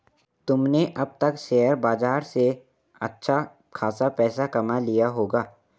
तुमने अब तक शेयर बाजार से अच्छा खासा पैसा कमा लिया होगा